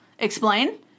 Explain